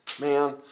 man